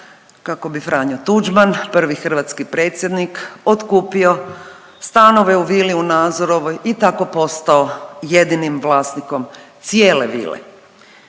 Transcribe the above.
kako bi Franjo Tuđman, prvi hrvatski predsjednik otkupio stanove u vili u Nazorovoj i tako postao jedinim vlasnikom cijele vile.